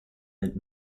mid